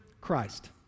Christ